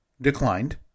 Declined